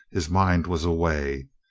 his mind was away.